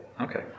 Okay